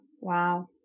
Wow